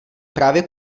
právě